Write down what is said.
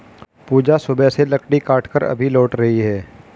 पूजा सुबह से लकड़ी काटकर अभी लौट रही है